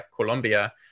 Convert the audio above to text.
Colombia